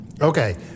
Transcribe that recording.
Okay